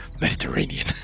Mediterranean